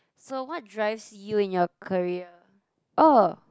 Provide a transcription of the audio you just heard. so what drives you in your career oh